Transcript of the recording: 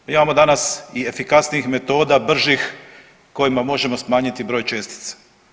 Mi imamo danas i efikasnijih metoda, bržih kojima možemo smanjiti broj čestica.